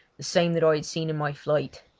the same that i had seen in my flight.